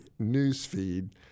newsfeed